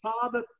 Father